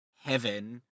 heaven